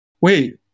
Wait